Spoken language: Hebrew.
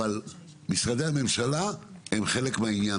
אבל צריך לדעת שמשרדי הממשלה הם חלק מהעניין